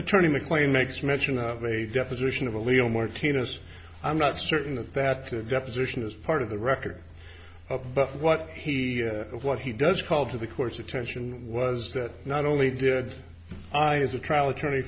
attorney mclean makes mention of a definition of a leo martinez i'm not certain that that got decision as part of the record of but what he what he does called to the court's attention was that not only did i as a trial attorney